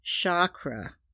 Chakra